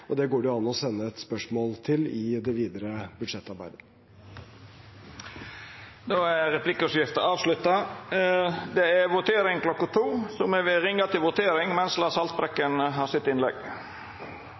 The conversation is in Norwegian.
det går jo an å sende spørsmål om det dit i det videre budsjettarbeidet. Replikkordskiftet er